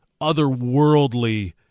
otherworldly